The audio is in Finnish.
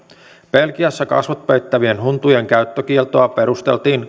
belgiassa kasvot peittävien huntujen käyttökieltoa perusteltiin